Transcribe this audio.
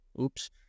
Oops